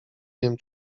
wiem